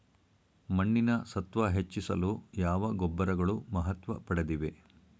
ಮಣ್ಣಿನ ಸತ್ವ ಹೆಚ್ಚಿಸಲು ಯಾವ ಗೊಬ್ಬರಗಳು ಮಹತ್ವ ಪಡೆದಿವೆ?